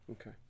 Okay